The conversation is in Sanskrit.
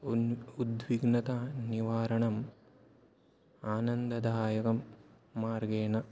उन् उद्विग्नतानिवारणम् आनन्ददायकं मार्गेण